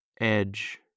edge